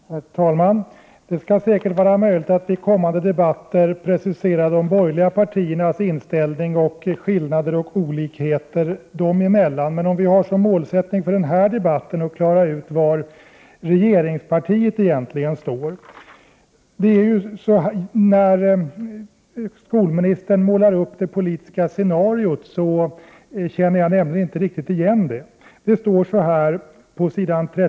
Herr talman! Det skall säkert vara möjligt att vid kommande debatter precisera de borgerliga partiernas inställning samt skillnader och olikheter dem emellan. Låt oss som mål för denna debatt klara ut var regeringspartiet egentligen står. Jag känner inte riktigt igen det politiska scenario som skolministern målar upp.